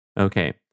Okay